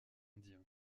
indien